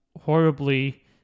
horribly